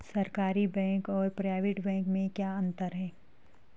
सरकारी बैंक और private bank में क्या क्या अंतर हैं?